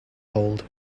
hold